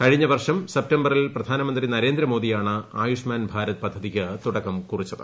കഴിഞ്ഞ വർഷം സെപ്തംബറിൽ പ്രധാനമന്ത്രി നരേന്ദ്രമോദിയാണ് ആയുഷ്മാൻ ഭാരത് പദ്ധതിയ്ക്ക് തുടക്കം കുറിച്ചത്